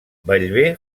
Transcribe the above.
bellver